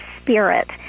spirit